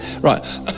Right